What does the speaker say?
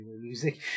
music